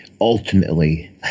ultimately